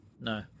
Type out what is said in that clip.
No